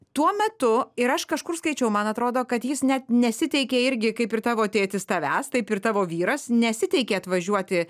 tuo metu ir aš kažkur skaičiau man atrodo kad jis net nesiteikė irgi kaip ir tavo tėtis tavęs taip ir tavo vyras nesiteikė atvažiuoti